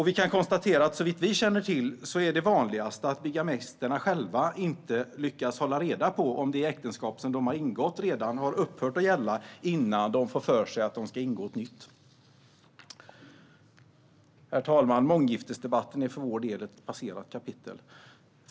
Vi kan konstatera att det såvitt vi känner till är vanligast att bigamisterna inte själva lyckas hålla reda på om det äktenskap de redan har ingått har upphört att gälla innan de får för sig att ingå ett nytt. Herr talman! Månggiftesdebatten är för vår del ett passerat kapitel.